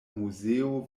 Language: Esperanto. muzeo